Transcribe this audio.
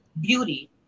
beauty